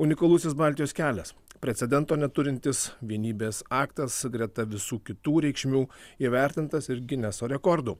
unikalusis baltijos kelias precedento neturintis vienybės aktas greta visų kitų reikšmių įvertintas ir gineso rekordu